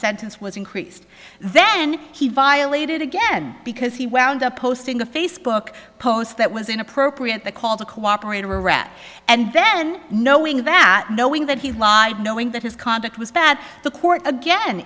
sentence was increased then he violated again because he wound up posting a facebook post that was inappropriate the call to cooperate or rat and then knowing that knowing that he lied knowing that his conduct was bad the court again